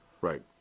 Right